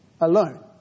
alone